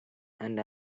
and